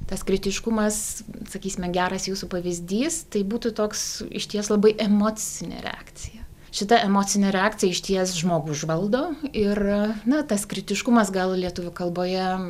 tas kritiškumas sakysime geras jūsų pavyzdys tai būtų toks išties labai emocinė reakcija šita emocinė reakcija išties žmogų užvaldo ir na tas kritiškumas gal lietuvių kalboje